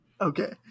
okay